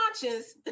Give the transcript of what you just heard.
conscience